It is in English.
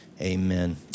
amen